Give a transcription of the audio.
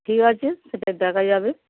ঠিক আছে সেটা দেখা যাবে